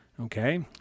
okay